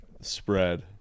spread